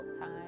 time